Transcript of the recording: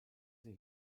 sie